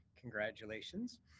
Congratulations